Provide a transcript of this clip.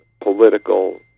political